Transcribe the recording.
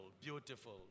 beautiful